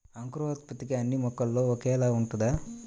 అంకురోత్పత్తి అన్నీ మొక్కల్లో ఒకేలా ఉంటుందా?